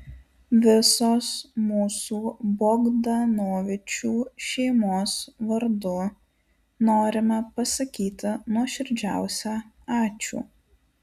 visos mūsų bogdanovičių šeimos vardu norime pasakyti nuoširdžiausią ačiū